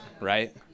right